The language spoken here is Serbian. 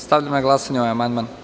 Stavljam na glasanje ovaj amandman.